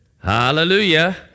Hallelujah